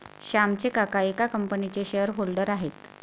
श्यामचे काका एका कंपनीचे शेअर होल्डर आहेत